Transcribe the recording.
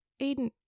Aiden